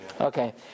Okay